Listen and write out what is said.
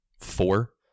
four